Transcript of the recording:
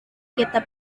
kita